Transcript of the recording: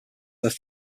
their